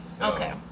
Okay